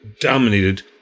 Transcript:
dominated